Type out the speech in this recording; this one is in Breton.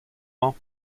mañ